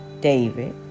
David